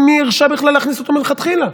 מי הרשה בכלל להכניס אותו מלכתחילה.